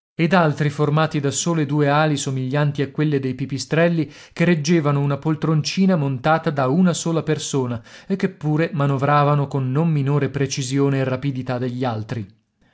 ed altri formati da sole due ali somiglianti a quelle dei pipistrelli che reggevano una poltroncina montata da una sola persona e che pure manovravano con non minore precisione e rapidità degli altri